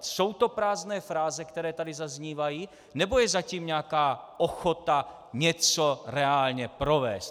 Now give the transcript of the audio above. Jsou to prázdné fráze, které tady zaznívají, nebo je za tím nějaká ochota něco reálně provést?